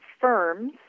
firms